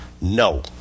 No